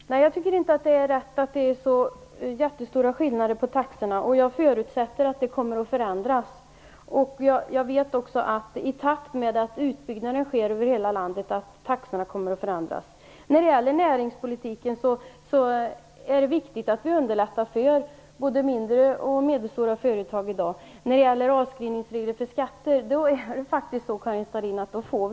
Herr talman! Nej, jag tycker inte att det är rätt att det är så jättestora skillnader i taxorna. Jag förutsätter att detta kommer att förändras, och jag vet också att så kommer att ske i takt med utbyggnaden över hela landet. När det gäller näringspolitiken är det viktigt att vi underlättar för både mindre och medelstora företag i dag. Angående avskrivningsreglerna för skatter får vi faktiskt återkomma, Karin Starrin.